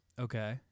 Okay